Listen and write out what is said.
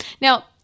Now